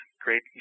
great